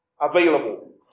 available